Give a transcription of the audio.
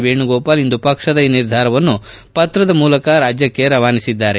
ವೇಣುಗೋಪಾಲ್ ಇಂದು ಪಕ್ಷದ ಈ ನಿರ್ಧಾರವನ್ನು ಪತ್ರದ ಮೂಲಕ ರಾಜ್ವಕ್ಕೆ ರವಾನಿಸಿದ್ದಾರೆ